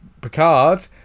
Picard